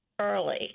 early